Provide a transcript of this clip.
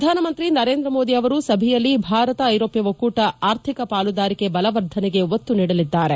ಪ್ರಧಾನಮಂತ್ರಿ ನರೇಂದ್ರ ಮೋದಿ ಅವರು ಸಭೆಯಲ್ಲಿ ಭಾರತ ಐರೋಪ್ಯ ಒಕ್ಕೂಟ ಅರ್ಥಿಕ ಪಾಲುದಾರಿಕೆ ಬಲವರ್ಧನೆಗೆ ಒತ್ತು ನೀಡಲಿದ್ದಾರೆ